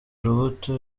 urubuto